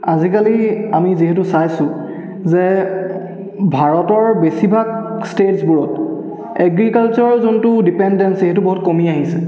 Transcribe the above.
আজিকালি আমি যিহেতু চাইছোঁ যে ভাৰতৰ বেছিভাগ ষ্টেটছবোৰত এগ্ৰিকালচাৰৰ যোনটো ডিপেণ্ডেঞ্চি সেইটো বহুত কমি আহিছে